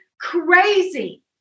crazy